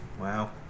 Wow